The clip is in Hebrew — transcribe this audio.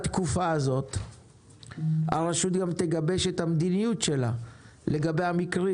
בתקופה הזאת הרשות גם תגבש את המדיניות שלה לגבי המקרים